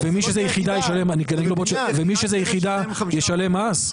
ומי שזו הדירה היחידה שלו ישלם מס?